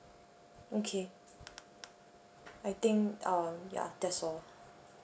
okay I think um ya that's all